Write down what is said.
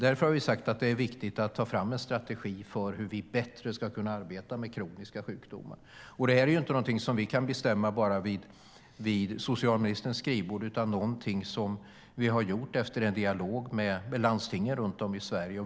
Därför har vi sagt att det är viktigt att ta fram en strategi för att bättre kunna arbeta med kroniska sjukdomar. Det är inget som bestäms vid socialministerns skrivbord utan något som har beslutats efter en dialog med landstingen runt om i Sverige.